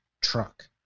truck